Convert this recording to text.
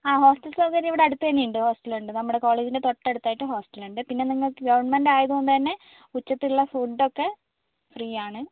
ആ ഹോസ്റ്റൽ സൗകര്യം ഇവിടെ അടുത്തുതന്നെ ഉണ്ട് ഹോസ്റ്റലുണ്ട് നമ്മുടെ കോളേജിൻ്റെ തൊട്ടടുത്തായിട്ട് ഹോസ്റ്റലുണ്ട് പിന്നെ നിങ്ങൾ ഗവണ്മെൻ്റ് ആയതുകൊണ്ട് തന്നെ ഉച്ചയ്ക്കുള്ള ഫുഡ് ഒക്കെ ഫ്രീയാണ്